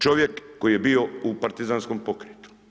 Čovjek koji je bio u partizanskom pokretu.